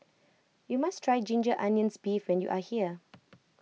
you must try Ginger Onions Beef when you are here